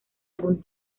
algún